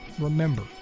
remember